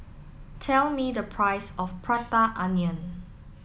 tell me the price of Prata Onion